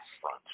front